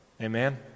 Amen